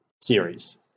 series